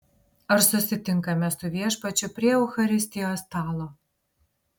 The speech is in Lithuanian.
ar susitinkame su viešpačiu prie eucharistijos stalo